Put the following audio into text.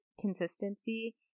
consistency